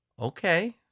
okay